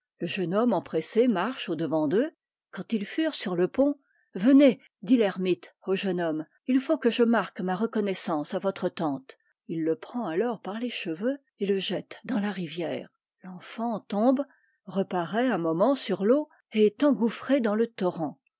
le jeune homme empressé marche au-devant d'eux quand ils furent sur le pont venez dit l'ermite au jeune homme il faut que je marque ma reconnaissance à votre tante il le prend alors par les cheveux et le jette dans la rivière l'enfant tombe reparaît un moment sur l'eau et est engouffré dans le torrent